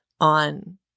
on